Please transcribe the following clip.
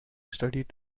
studied